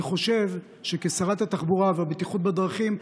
אני חושב שכשרת התחבורה והבטיחות בדרכים,